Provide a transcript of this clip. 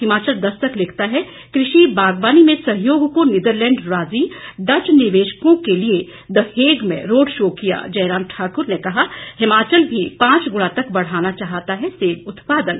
हिमाचल दस्तक लिखता है कृषि बागवानी में सहयोग को नीदरलैंड राजी डच निवेशकों के लिए द हेग में रोड शो किया जयराम ठाकुर ने कहा हिमाचल भी पांच गुणा तक बढ़ाना चाहता है सेब उत्पादन